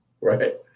Right